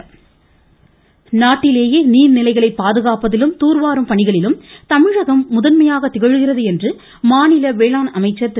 மமம துரைக்கண்ணு நாட்டிலேயே நீர்நிலைகளை பாதுகாப்பதிலும் துார்வாரும் பணிகளிலும் தமிழகம் முதன்மையாக திகழ்கிறது என்று மாநில வேளாண் அமைச்சா் திரு